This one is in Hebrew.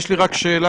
יש לי רק שאלה,